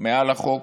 מעל החוק,